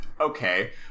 okay